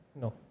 No